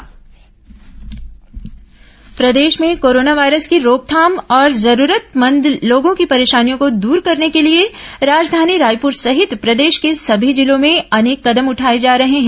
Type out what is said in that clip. corona जिला प्रदेश में कोरोना वायरस की रोकथाम और जरूरतमंद लोगों की परेशानियों को दूर करने के लिए राजधानी रायपुर सहित प्रदेश के सभी जिलों में अनेक कदम उठाए जा रहे हैं